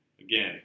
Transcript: Again